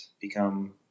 become